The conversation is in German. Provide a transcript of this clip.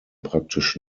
praktisch